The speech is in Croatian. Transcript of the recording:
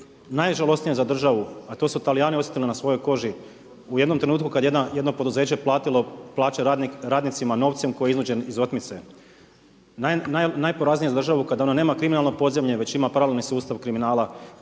najžalosnija za državu a to su Talijani osjetili na svojoj koži. U jednom trenutku kada je jedno poduzeće platilo plaće radnicima novcem koji je iznuđen iz otmice. Najporaznije je za državu kada ona nema kriminalno podzemlje već ima pravilni sustav kriminala